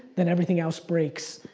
then everything else breaks,